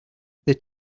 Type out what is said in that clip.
they